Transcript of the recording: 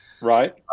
Right